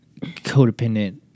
codependent